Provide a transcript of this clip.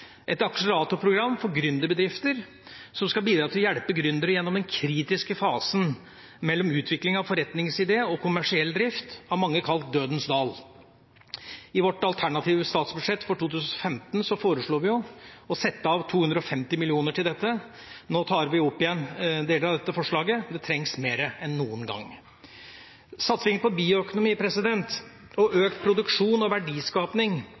et akseleratorprogram for gründerbedrifter, som skal bidra til å hjelpe gründere gjennom den kritiske fasen mellom utvikling av forretningsidé og kommersiell drift – av mange kalt dødens dal. I vårt alternative statsbudsjett for 2015 foreslo vi å sette av 250 mill. kr til dette. Nå tar vi opp igjen deler av dette forslaget. Det trengs mer enn noen gang. Satsing på bioøkonomi og økt produksjon og